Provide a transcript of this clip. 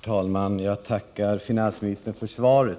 Herr talman! Jag tackar finansministern för svaret.